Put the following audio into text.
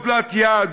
זו אוזלת יד,